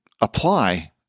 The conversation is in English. apply